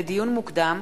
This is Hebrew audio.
לדיון מוקדם: